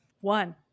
One